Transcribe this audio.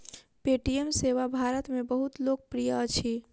Paytm सेवा भारत में बहुत लोकप्रिय अछि